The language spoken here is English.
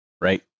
right